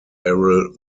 errol